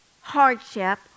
hardship